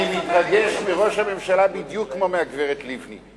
אני מתרגש מראש הממשלה בדיוק כמו מהגברת לבני.